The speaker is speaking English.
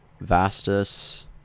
Vastus